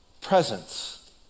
presence